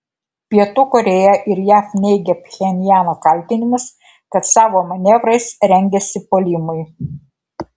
pietų korėja ir jav neigia pchenjano kaltinimus kad savo manevrais rengiasi puolimui